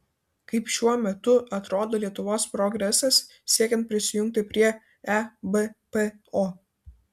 kaip šiuo metu atrodo lietuvos progresas siekiant prisijungti prie ebpo